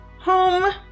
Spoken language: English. home